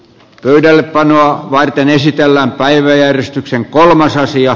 pöydällepanoa varten esitellään päiväjärjestyksen kolmas asia